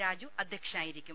രാജു അധ്യക്ഷനായിരിക്കും